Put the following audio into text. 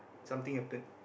something happen